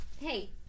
hey